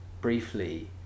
briefly